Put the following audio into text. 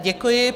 Děkuji.